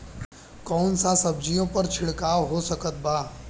कौन सा सब्जियों पर छिड़काव हो सकत बा?